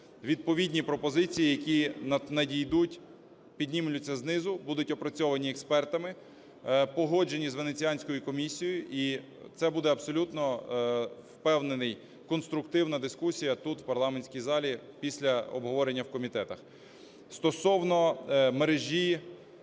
відповідні пропозиції, які надійдуть, піднімуться знизу, будуть опрацьовані експертами, погоджені з Венеціанською комісією, і це буде абсолютно впевнений конструктивна дискусія тут в парламентській залі після обговорення в комітетах. Стосовно мережі